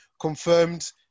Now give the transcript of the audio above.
confirmed